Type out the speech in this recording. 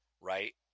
Right